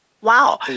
Wow